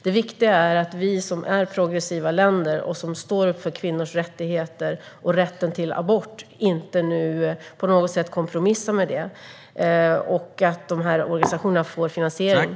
Det viktiga är att vi som är progressiva länder och som står upp för kvinnors rättigheter och rätten till abort inte nu på något sätt kompromissar med det och att organisationerna får finansiering.